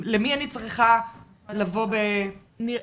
למי אני צריכה לבוא ב ---.